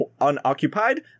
Unoccupied